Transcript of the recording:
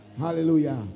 Hallelujah